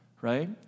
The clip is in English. right